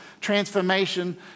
transformation